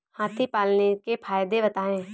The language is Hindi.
हाथी पालने के फायदे बताए?